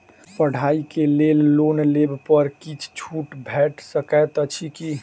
पढ़ाई केँ लेल लोन लेबऽ पर किछ छुट भैट सकैत अछि की?